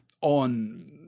on